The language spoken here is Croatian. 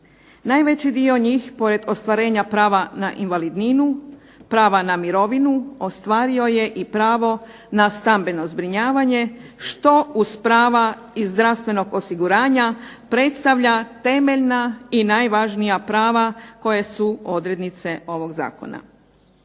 Najveći dio njih pored ostvarenja prava na invalidninu, prava na mirovinu ostvario je i pravo na stambeno zbrinjavanje, što uz prava iz zdravstvenog osiguranja predstavlja temeljna i najvažnija prava koje su odrednice ovog zakona.